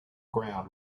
ground